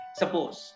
suppose